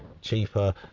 cheaper